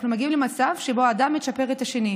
אנחנו מגיעים למצב שבו אדם מצ'פר את השני.